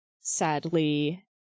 sadly